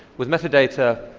with metadata,